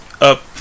up